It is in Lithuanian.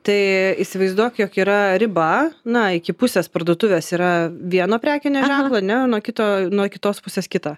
tai įsivaizduok jog yra riba na iki pusės parduotuvės yra vieno prekinio ženklo ane nuo kito nuo kitos pusės kito